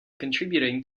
contributing